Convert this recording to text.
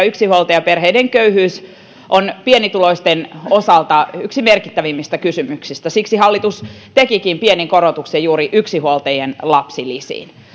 yksinhuoltajaperheiden köyhyys on pienituloisten osalta yksi merkittävimmistä kysymyksistä siksi hallitus tekikin pienen korotuksen juuri yksinhuoltajien lapsilisiin